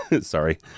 Sorry